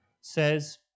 says